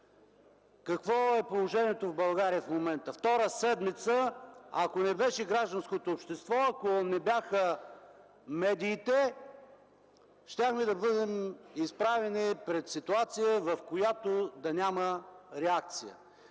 Какво е положението в България в момента? Втора седмица, ако не беше гражданското общество, ако не бяха медиите, щяхме да бъдем изправени пред ситуация, в която да няма реакция.